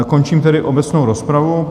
Končím tedy obecnou rozpravu.